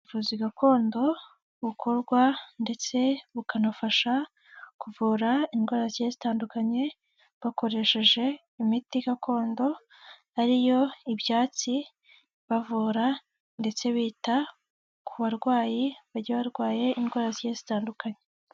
Ubuvuzi gakondo bukorwa ndetse bukanafasha kuvura indwara zigiye zitandukanye bakoresheje imiti gakondo ari yo ibyatsi bavura ndetse bita ku barwayi bagiye barwaye indwara zigiye zitandukanye.